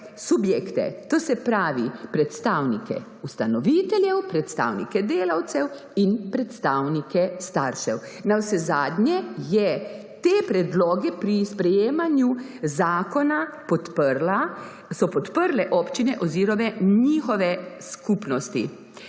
subjekte, se pravi, predstavnike ustanoviteljev, predstavnike delavcev in predstavnike staršev. Navsezadnje so te predloge pri sprejemanju zakona podprle občine oziroma njihove skupnosti.